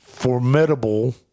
formidable